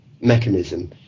mechanism